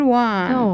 one